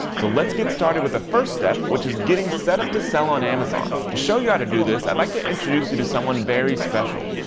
so let's get started with the first step which is getting set up to sell on amazon. to show you how to do this, i'd like to introduce you to someone very special.